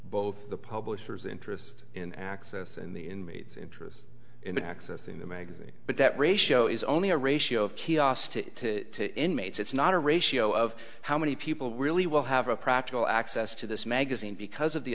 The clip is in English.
both the publisher's interest in access and the inmates interest in accessing the magazine but that ratio is only a ratio of chaos to inmates it's not a ratio of how many people really will have a practical access to this magazine because of the